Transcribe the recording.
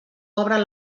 obren